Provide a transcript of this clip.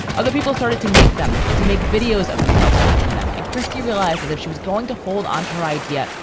other people started to make them and to make videos of themselves making them. and christie realized that if she was going to hold onto her idea,